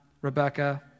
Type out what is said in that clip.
Rebecca